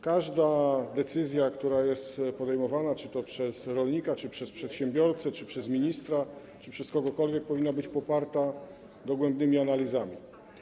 Każda decyzja, która jest podejmowana czy to przez rolnika, czy przez przedsiębiorcę, czy przez ministra, czy przez kogokolwiek, powinna być poparta dogłębnymi analizami.